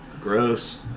Gross